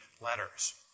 letters